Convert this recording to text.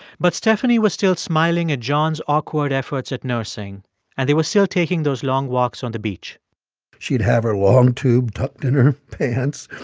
but stephanie was still smiling at john's awkward efforts at nursing and they were still taking those long walks on the beach she'd have her long tube tucked in her pants.